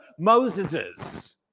Moseses